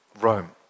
Rome